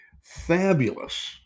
fabulous